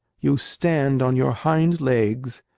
you stand on your hind legs,